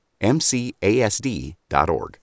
MCASD.org